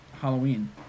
Halloween